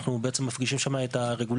אנחנו מפגישים שם את הרגולטורים,